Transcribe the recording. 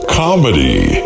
comedy